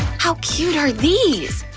how cute are these?